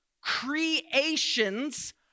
creations